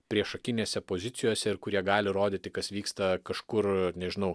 priešakinėse pozicijose ir kurie gali rodyti kas vyksta kažkur nežinau